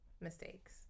mistakes